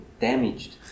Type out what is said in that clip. damaged